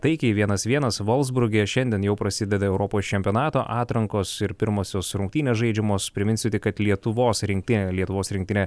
taikiai vienas vienas volfsburge ir šiandien jau prasideda europos čempionato atrankos ir pirmosios rungtynės žaidžiamos priminsiu tik kad lietuvos rinktinė lietuvos rinktinė